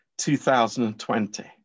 2020